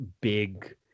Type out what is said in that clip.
big